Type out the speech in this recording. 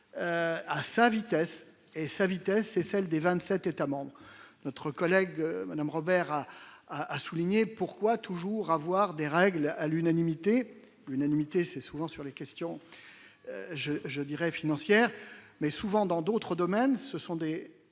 à sa vitesse et sa vitesse et celle des 27 États-membres notre collègue Madame Robert a a a souligné pourquoi toujours avoir des règles à l'unanimité l'unanimité c'est souvent sur les questions je dirais financières mais souvent dans d'autres domaines se sondés